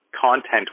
content